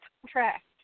contract